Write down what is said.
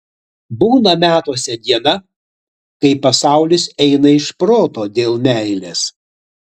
būna metuose diena kai pasaulis eina iš proto dėl meilės